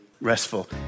restful